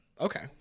Okay